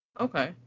okay